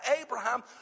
Abraham